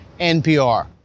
NPR